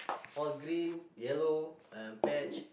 all green yellow and patch